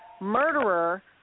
murderer